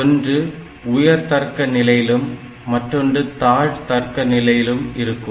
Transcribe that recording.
ஒன்று உயர்தர்க்க நிலையிலும் மற்றொன்று தாழ் தர்க்க நிலையிலும் இருக்கும்